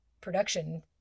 production